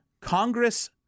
Congress